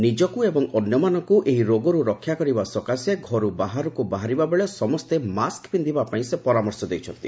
ନିଜକୁ ଏବଂ ଅନ୍ୟମାନଙ୍କୁ ଏହି ରୋଗରୁ ରକ୍ଷା କରିବା ସକାଶେ ଘରୁ ବାହାରକୁ ବାହାରିବା ବେଳେ ସମସ୍ତେ ମାସ୍କ ପିନ୍ଧିବାପାଇଁ ସେ ପରାମର୍ଶ ଦେଇଛନ୍ତି